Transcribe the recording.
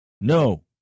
No